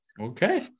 Okay